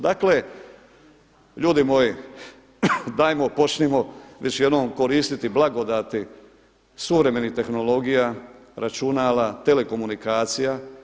Dakle ljudi moji, dajmo počnimo već jednom koristiti blagodati suvremenih tehnologija, računala, telekomunikacija.